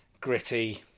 gritty